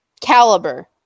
caliber